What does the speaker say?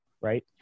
right